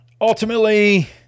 Ultimately